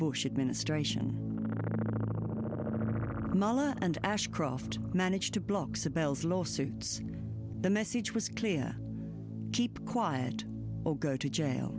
bush administration and ashcroft managed to blog's the bells lawsuits the message was clear keep quiet or go to jail